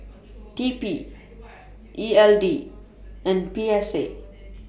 T P E L D and P S A